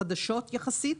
חדשות יחסית,